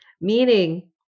meaning